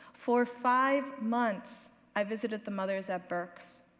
for five months i visited the mothers at burkes